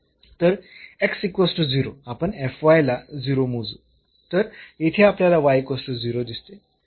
तर आपण मोजू तर येथे आपल्याला दिसते